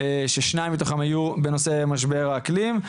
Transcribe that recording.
ששניים מתוכם היו בנושא משבר האקלים.